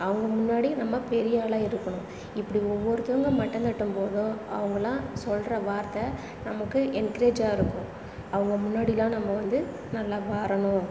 அவங்க முன்னாடி நம்ம பெரியாளாக இருக்கணும் இப்படி ஒவ்வொருத்தவங்கள் மட்டம் தட்டும் போதும் அவங்களாம் சொல்கிற வார்த்தை நமக்கு என்கரேஜாக இருக்கும் அவங்க முன்னாடியெலாம் நம்ம வந்து நல்லா வரணும்